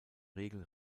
regel